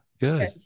Good